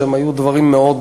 שהם היו דברים מאוד,